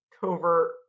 covert